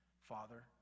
Father